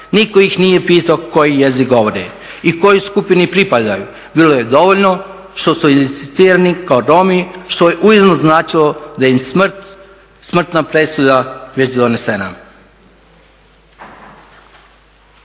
nitko ih nije pitao koji jezik govore i kojoj skupini pripadaju, bilo je dovoljno što su … kao Romi, što je ujedno značilo da im je smrtna presuda već donesena.